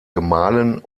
gemahlen